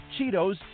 Cheetos